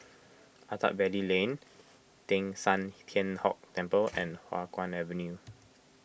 Attap Valley Lane Teng San Tian Hock Temple and Hua Guan Avenue